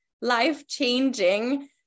life-changing